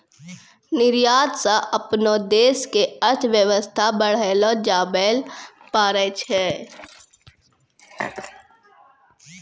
निर्यात स अपनो देश के अर्थव्यवस्था बढ़ैलो जाबैल पारै छै